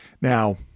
Now